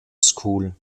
school